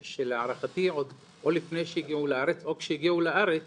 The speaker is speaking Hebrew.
שלהערכתי או לפני שהגיעו לארץ או כשהגיעו לארץ